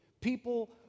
people